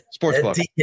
Sportsbook